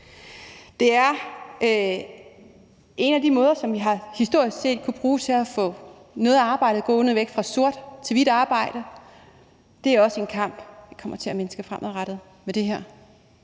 Det er en af de måder, som vi historisk set har kunnet bruge til at få noget arbejde til at gå væk fra at være sort til at blive hvidt arbejde – det er også en kamp, vi kommer til at mindske fremadrettet med det her.